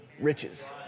riches